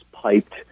piped